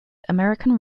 american